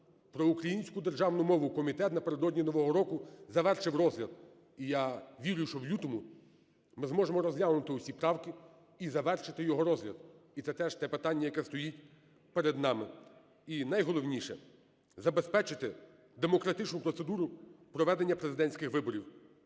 про українську державну мову. Комітет напередодні Нового року завершив розгляд, і я вірю, що в лютому ми зможемо розглянути всі правки і завершити його розгляд. І це теж те питання, яке стоїть перед нами. І найголовніше – забезпечити демократичну процедуру проведення президентських виборів,